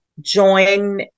join